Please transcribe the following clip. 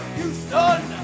Houston